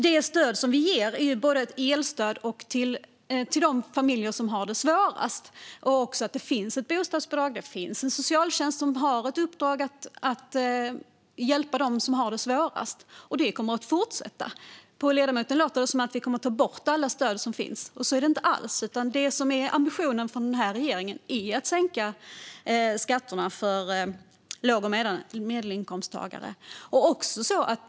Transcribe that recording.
Det stöd som vi ger är både ett elstöd och ett stöd till de familjer som har det svårast. Det finns också ett bostadsbidrag, och det finns en socialtjänst som har i uppdrag att hjälpa dem som har det svårast. Detta kommer att fortsätta. På ledamoten låter det som att vi kommer att ta bort alla stöd som finns. Så är det inte alls. Ambitionen från den här regeringen är att sänka skatterna för låg och medelinkomsttagare.